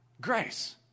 Grace